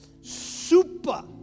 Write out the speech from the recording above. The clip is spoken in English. Super